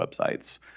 websites